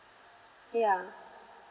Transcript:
yeah